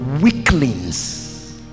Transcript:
weaklings